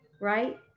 right